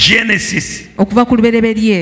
Genesis